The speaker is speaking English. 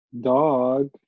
dog